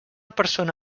persona